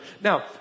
Now